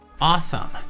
Awesome